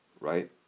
right